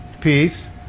peace